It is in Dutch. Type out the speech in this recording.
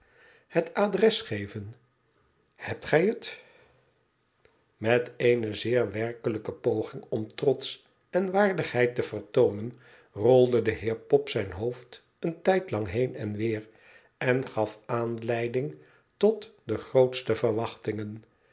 dat adres geven hebt ge t met eene zeer werkelijke poging om trots en waardigheid te vertoonen rolde de heer pop zijn hoofd een tijdlang heen en weer en gaf aanleiding tot de grootste verwachtingen